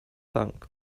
thank